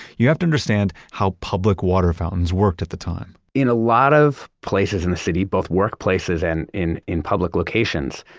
you have to understand how public water fountains worked at the time in a lot of places in the city, both workplaces and in in public locations,